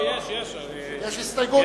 יש הסתייגויות.